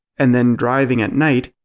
and then driving at night,